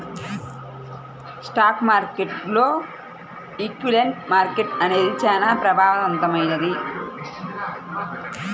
stock మార్కెట్టులో equity market అనేది చానా ప్రభావవంతమైంది